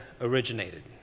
originated